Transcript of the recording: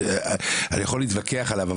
אני יכול להתווכח עליו,